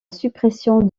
suppression